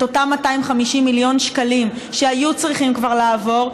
את אותם 250 מיליון שקלים שהיו צריכים כבר לעבור,